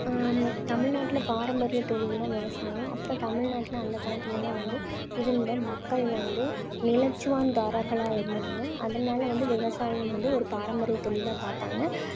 தமிழ்நாட்டில் பாரம்பரிய தொழில்னா விவசாயம் அப்போ தமிழ்நாட்டில் அந்த காலத்துலேலாம் வந்து இருந்த மக்கள் வந்து நிலச்சுவாந்தாரர்களா இருந்தாங்க அதனால் வந்து விவசாயம் வந்து ஒரு பாரம்பரிய தொழிலாக பார்த்தாங்க